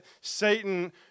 Satan